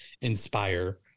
inspire